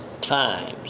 times